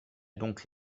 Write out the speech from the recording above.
donc